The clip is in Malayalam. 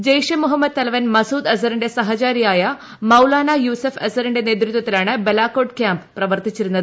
ജയ്ഷെ മുഹമ്മദ് തലവൻ മസൂദ് അസറിന്റെ സഹചാരിയായ മൌലാനാ യൂസഫ് അസറിന്റെ നേതൃത്വത്തിലാണ് ബലാകോട്ട് ക്യാമ്പ് പ്രവർത്തിച്ചിരുന്നത്